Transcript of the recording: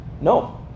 no